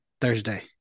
Thursday